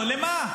--- למה?